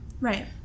Right